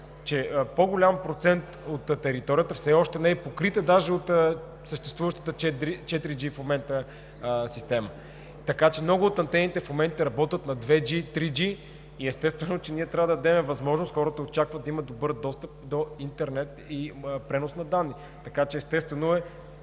че по-голям процент от територията все още не е покрита даже от съществуващата в момента 4G система. Така че много от антените в момента работят на 2G, 3G и естествено, че ние трябва да дадем възможност – хората очакват да имат добър достъп до интернет и пренос на данни. И естествено,